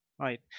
Right